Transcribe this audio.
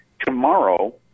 tomorrow